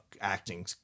acting